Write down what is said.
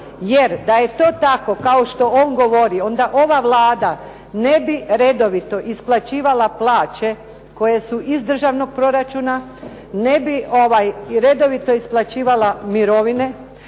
jer da je to tako kao što on govori onda ova Vlada ne bi redovito isplaćivala plaće koje su iz državnog proračuna, ne bi redovito isplaćivala mirovine,